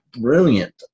brilliant